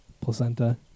placenta